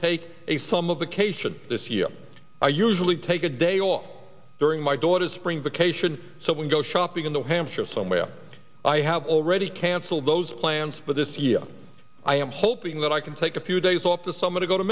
take a some of the cation this year i usually take a day off during my daughter's spring vacation so we go shopping in the hampshire somewhere i have already cancelled those plans but this year i am hoping that i can take a few days off to someone to go to